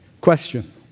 Question